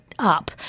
up